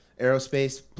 aerospace